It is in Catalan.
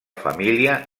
família